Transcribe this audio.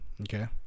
Okay